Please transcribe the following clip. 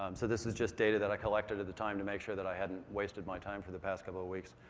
um so this is just data that i collected at the time to make sure that i hadn't wasted my time for the past couple of weeks.